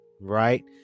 right